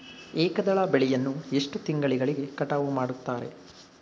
ಏಕದಳ ಬೆಳೆಯನ್ನು ಎಷ್ಟು ತಿಂಗಳಿಗೆ ಕಟಾವು ಮಾಡುತ್ತಾರೆ?